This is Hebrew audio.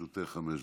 לרשותך חמש דקות.